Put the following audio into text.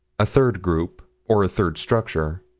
a third group, or a third structure,